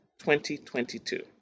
2022